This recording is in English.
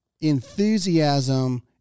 enthusiasm